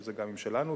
שזה גם עם שלנו,